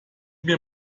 mir